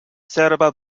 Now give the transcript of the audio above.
cerba